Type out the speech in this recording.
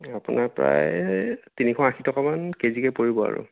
এই আপোনাৰ প্ৰায় তিনিশ আশীটকামান কেজিকে পৰিব আৰু